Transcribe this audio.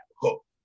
hook